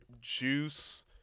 Juice